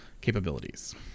capabilities